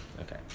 Okay